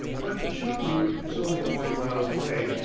but shahrood is only forty miles away,